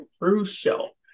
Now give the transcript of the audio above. crucial